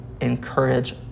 encourage